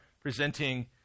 presenting